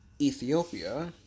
Ethiopia